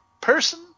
person